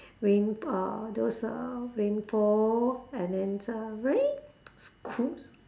rain uh those uh rainpour and then uh very cool